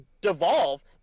devolve